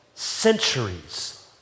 Centuries